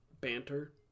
banter